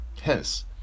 Hence